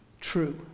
true